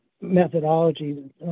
methodology